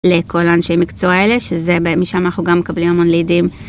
לכל אנשי המקצוע האלה, שזה, משם אנחנו גם מקבלים המון לידים.